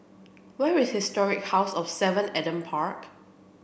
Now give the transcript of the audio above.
where is Historic House of seven Adam Park